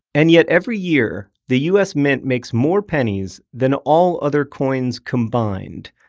and yet, every year, the u s. mint makes more pennies than all other coins combined,